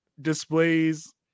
displays